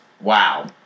wow